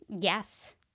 yes